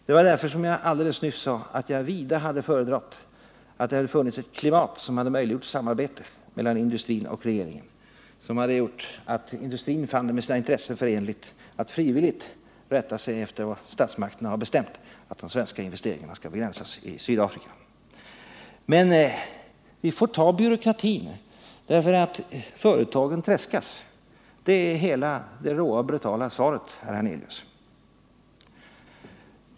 Det var därför som jag alldeles nyss sade att jag vida hade föredragit att det hade funnits ett klimat som hade möjliggjort samarbete mellan industrin och regeringen, som hade gjort att industrin fann det med sina intressen förenligt att frivilligt rätta sig efter vad statsmakterna bestämt, nämligen att de svenska investeringarna skall begränsas i Sydafrika. Men vi får ta byråkratin, därför att företagen tredskas. Det är det råa och brutala svaret, herr Hernelius.